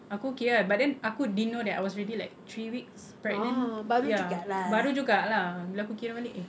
aku okay ah but then aku didn't know that I was already like three weeks pregnant ya baru juga lah bila aku kira balik eh